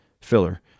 filler